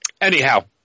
Anyhow